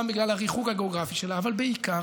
גם בגלל הריחוק הגיאוגרפי שלה אבל בעיקר